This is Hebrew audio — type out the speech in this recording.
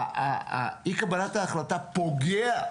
אי קבלת ההחלטה פוגעת